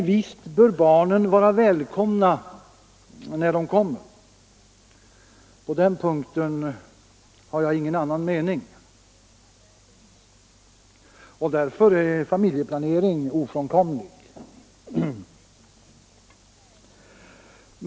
Visst bör barnet vara välkommet när det föds, på den punkten kan jag inte ha någon annan mening. Därför är familjeplanering också ofrånkomlig.